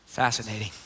Fascinating